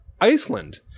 Iceland